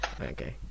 Okay